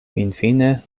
finfine